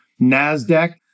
NASDAQ